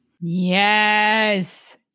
Yes